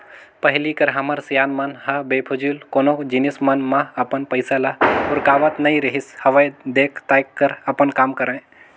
पहिली कर हमर सियान मन ह बेफिजूल कोनो जिनिस मन म अपन पइसा ल उरकावत नइ रिहिस हवय देख ताएक कर अपन काम करय